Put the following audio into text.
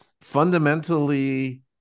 fundamentally